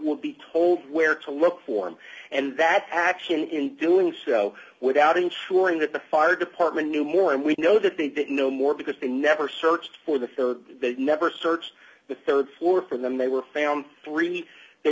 would be told where to look for him and that action in doing so without ensuring that the fire department knew more and we know that they didn't know more because they never searched for the rd they never searched the rd floor for them they were found three they